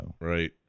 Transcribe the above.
right